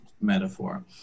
metaphor